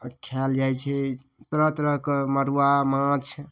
खाएल जाइ छै तरह तरहके मड़ुआ माँछ